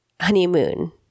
honeymoon